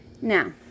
Now